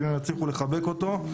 אם הם יצליחו לחבק אותו,